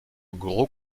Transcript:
gros